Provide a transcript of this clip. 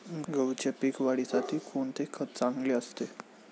गहूच्या पीक वाढीसाठी कोणते खत चांगले असते?